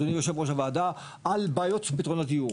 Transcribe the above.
אדוני יושב-ראש הוועדה על בעיות של פתרונות דיור,